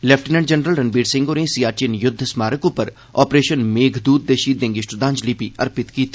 lieutenant general Ranbir Singh होरें सियाचिन युद्ध स्मारक उप्पर आपरेशन मेघदूत दे षहीदें गी श्रद्धांजलि बी अर्पित कीती